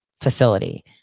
facility